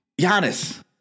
Giannis